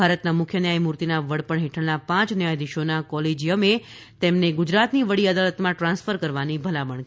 ભારતના મુખ્ય ન્યાયમૂર્તિના વડપણ હેઠળના પાંચ ન્યાયાધીશોના કોલેજીયમે તેમને ગુજરાતની વડી અદાલતમાં ટ્રાન્સફર કરવાની ભલામણ કરી હતી